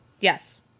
Yes